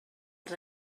els